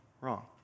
wrong